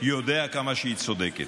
יודע כמה שהיא צודקת.